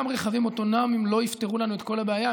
גם רכבים אוטונומיים לא יפתרו לנו את כל הבעיה,